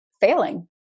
failing